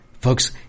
Folks